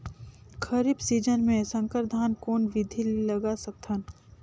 खरीफ season मे संकर धान कोन विधि ले लगा सकथन?